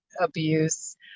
abuse